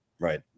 right